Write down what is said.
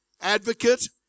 advocate